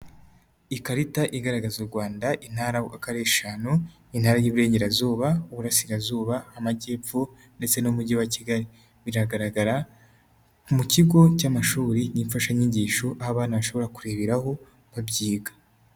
Ikarita igaragaza u Rwanda, intara uko ari eshanu: intara y'iburengerazuba, uburasirazuba, amajyepfo ndetse n'umujyi wa kigali, biragaragara mu kigo cy'amashuri n'imfashanyigisho abana bashobora kureberaho babyiga.